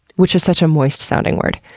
which is such a moist-sounding word.